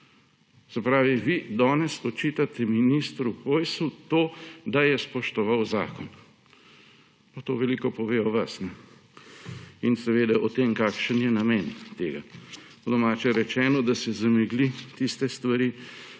Se pravi, da vi danes očitate ministru Hojsu to, da je spoštoval zakon. Pa to veliko pove o vas in seveda o tem, kakšen je namen tega. Po domače rečeno, da se zamegli tiste stvari,